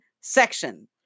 section